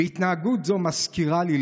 התנהגות זו מזכירה לי,